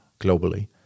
globally